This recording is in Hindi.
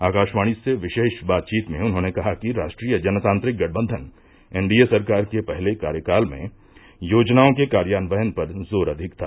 आकाशवाणी से विशेष बातचीत में उन्होंने कहा कि राष्ट्रीय जनतांत्रिक गठबंघन एनडीए सरकार के पहले कार्यकाल में योजनाओं के कार्यान्वयन पर जोर अधिक था